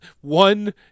One